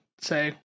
say